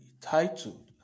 titled